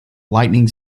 lightning